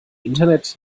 internet